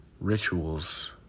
rituals